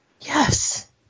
Yes